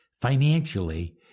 financially